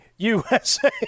USA